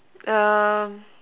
um